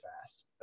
fast